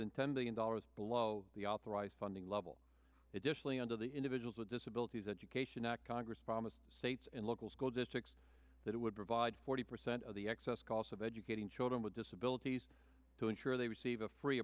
than ten billion dollars below the authorized funding level additionally under the individuals with disabilities education act congress promised states and local school districts that would provide forty percent of the excess cost of educating children with disabilities to ensure they receive a free